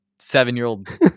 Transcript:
seven-year-old